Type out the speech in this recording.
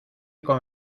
con